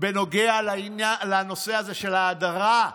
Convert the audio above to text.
בנוגע לנושא הזה של ההדרה,